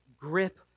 grip